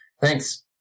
Thanks